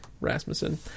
Rasmussen